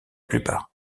plupart